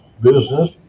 business